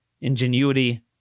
ingenuity